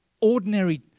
ordinary